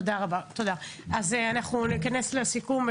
תודה, אנחנו ניכנס לסיכום.